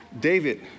David